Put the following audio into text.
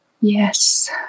Yes